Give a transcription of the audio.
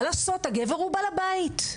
מה לעשות הגבר הוא בעל הבית.